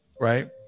right